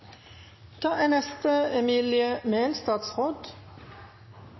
Da er neste taler statsråd